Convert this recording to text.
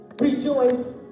Rejoice